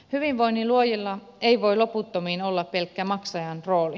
hyvinvoinnin luojilla ei voi loputtomiin olla pelkkä maksajan rooli